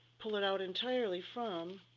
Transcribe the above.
pull it out entirely from